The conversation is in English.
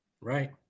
Right